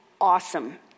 awesome